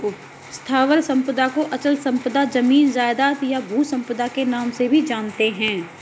स्थावर संपदा को अचल संपदा, जमीन जायजाद, या भू संपदा के नाम से भी जानते हैं